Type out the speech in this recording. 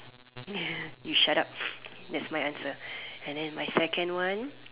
yes you shut up that's my answer and then my second one